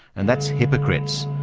and that's hypocrites.